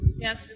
yes